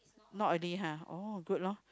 not really ha oh good loh